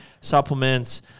supplements